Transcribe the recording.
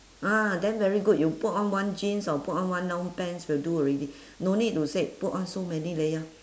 ah then very good you put on one jeans or put on one long pants will do already no need to said put on so many layer